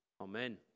Amen